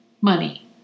Money